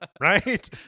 Right